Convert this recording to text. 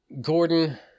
Gordon